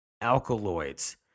Alkaloids